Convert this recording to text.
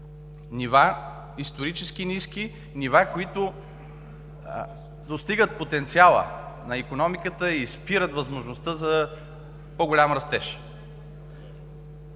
нива, исторически ниски, нива, които достигат потенциала на икономиката и спират възможността за по-голям растеж.